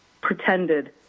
pretended